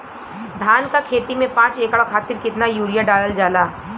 धान क खेती में पांच एकड़ खातिर कितना यूरिया डालल जाला?